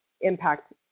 impact